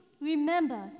Remember